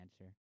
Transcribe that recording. answer